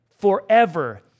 forever